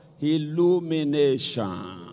illumination